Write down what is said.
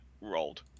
rolled